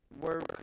work